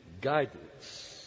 guidance